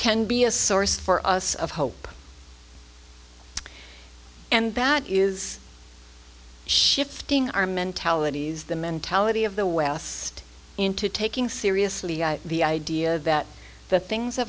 can be a source for us of hope and that is shifting our mentalities the mentality of the west into taking seriously the idea that the things